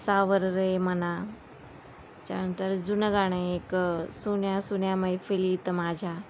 सावर रे मना त्यानंतर जुनं गाणं आहे एक सुन्या सुन्या मैफिलीत माझ्या